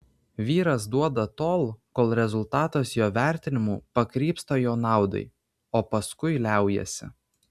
vyras duoda tol kol rezultatas jo vertinimu pakrypsta jo naudai o paskui liaujasi